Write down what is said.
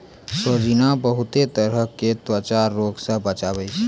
सोजीना बहुते तरह के त्वचा रोग से बचावै छै